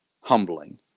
humbling